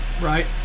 right